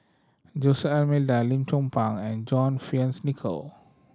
Jose Almeida Lim Chong Pang and John Fearns Nicoll